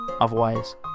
Otherwise